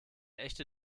echte